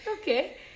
Okay